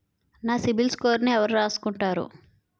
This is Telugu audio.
నా సిబిల్ స్కోరును ఎవరు రాసుకుంటారు